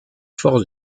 forces